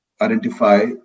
identify